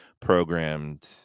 programmed